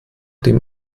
dem